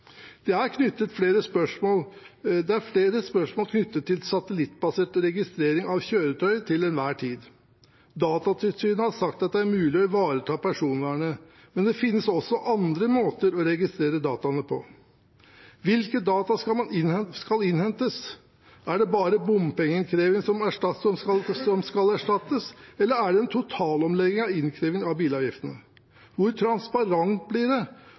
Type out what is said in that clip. Det er flere spørsmål knyttet til satellittbasert registrering av kjøretøy til enhver tid. Datatilsynet har sagt at det er mulig å ivareta personvernet, men det finnes også andre måter å registrere dataene på. Hvilke data skal innhentes? Er det bare bompengeinnkrevingen som skal erstattes, eller er det en totalomlegging av innkreving av bilavgiftene? Hvor transparent blir det,